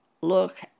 look